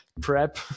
prep